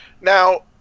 Now